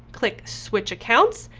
click switch accounts,